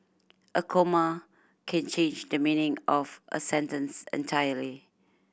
a comma can change the meaning of a sentence entirely